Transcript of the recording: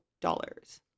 dollars